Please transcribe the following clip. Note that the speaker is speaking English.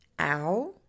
Ow